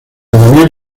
daniel